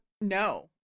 no